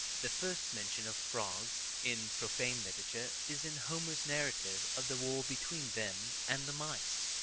the first mention of frogs in profane literature is in homer's narrative of the war between them and the mice.